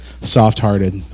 soft-hearted